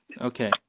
Okay